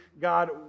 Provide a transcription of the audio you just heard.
God